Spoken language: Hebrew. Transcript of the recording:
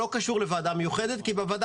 לא קשור לוועדה מיוחדת כי בוועדה